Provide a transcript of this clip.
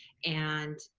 and